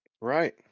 Right